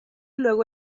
luego